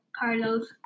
Carlos